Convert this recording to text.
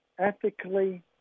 ethically